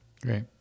great